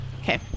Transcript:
Okay